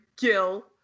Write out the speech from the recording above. Gil